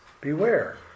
Beware